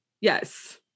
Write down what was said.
yes